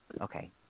okay